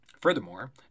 furthermore